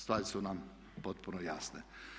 Stvari su nam potpuno jasne.